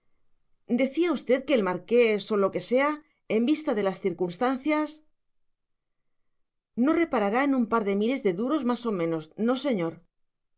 decía usted que el marqués o lo que sea en vista de las circunstancias no reparará en un par de miles de duros más o menos no señor